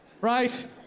right